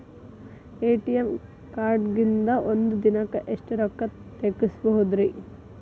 ATM ಕಾರ್ಡ್ನ್ಯಾಗಿನ್ದ್ ಒಂದ್ ದಿನಕ್ಕ್ ಎಷ್ಟ ರೊಕ್ಕಾ ತೆಗಸ್ಬೋದ್ರಿ?